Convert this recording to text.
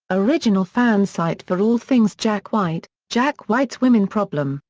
original fan site for all things jack white jack white's women problem,